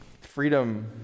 Freedom